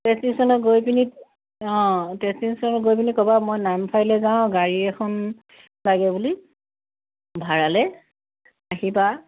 taxi ষ্টেশ্য়নত গৈ পিনি অঁ টেক্সি ষ্টেশ্য়নত গৈ পিনি ক'বা মই নামচাইলৈ যাওঁ গাড়ী এখন লাগে বুলি ভাড়ালৈ আহিবা